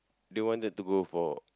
they wanted to go for